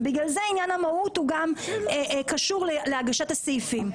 בגלל זה ענין המהות הוא גם קשור להגשת הסעיפים.